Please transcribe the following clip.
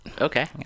Okay